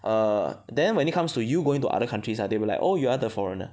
err then when it comes to you going to other countries ah they will like oh you are the foreigner